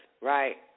right